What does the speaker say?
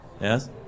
Yes